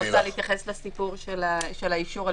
היא רוצה להתייחס לסיפור של האישור על